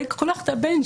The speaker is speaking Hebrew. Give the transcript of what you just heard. לא ייקחו לך את הבן.